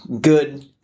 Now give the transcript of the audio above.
good